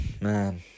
Man